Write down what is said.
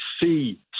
see